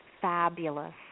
fabulous